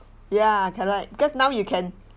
ya correct because now you can